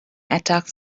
attack